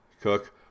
cook